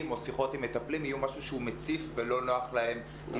או שיחות עם מטפלים יהיו משהו מציף ולא נוח להתמודדות.